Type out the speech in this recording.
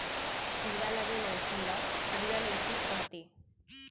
खीला लगे लउठी ल अरिया लउठी कथें